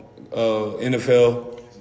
NFL